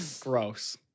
Gross